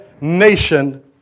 nation